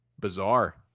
bizarre